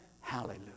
hallelujah